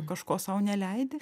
kažko sau neleidi